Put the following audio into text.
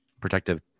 protective